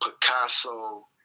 Picasso